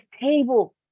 table